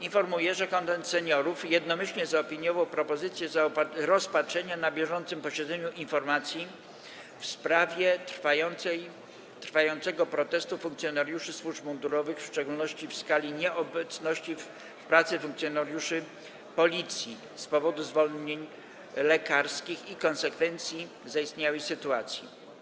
Informuję, że Konwent Seniorów jednomyślnie zaopiniował propozycję rozpatrzenia na bieżącym posiedzeniu informacji w sprawie trwającego protestu funkcjonariuszy służb mundurowych, w szczególności skali nieobecności w pracy funkcjonariuszy Policji z powodu zwolnień lekarskich i konsekwencji zaistniałej sytuacji.